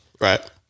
right